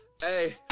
Hey